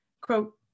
Quote